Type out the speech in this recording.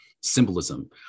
symbolism